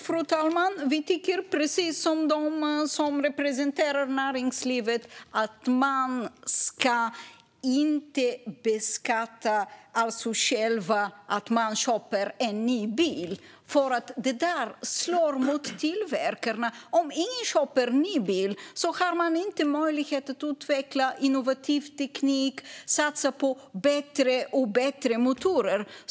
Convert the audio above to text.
Fru talman! Vi tycker precis som dem som representerar näringslivet att man inte ska beskatta själva handlingen att man köper en ny bil. Det slår mot tillverkarna. Om ingen köper en ny bil har de ingen möjlighet att utveckla innovativ teknik och satsa på allt bättre motorer.